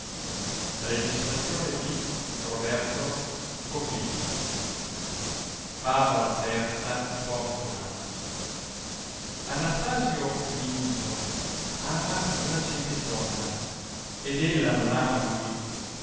e sostituita dalle due seguenti favole favola i i anastasio minuto a ia una gentidonna ed ella non ama lui